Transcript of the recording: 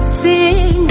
sing